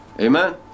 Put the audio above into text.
Amen